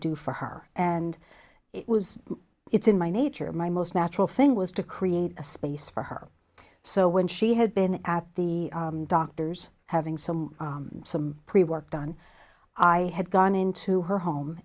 do for her and it was it's in my nature my most natural thing was to create a space for her so when she had been at the doctor's having some some pre work done i had gone into her home